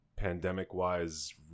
pandemic-wise